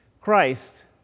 Christ